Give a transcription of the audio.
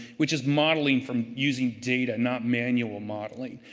which is modeling from using data, not manual modeling.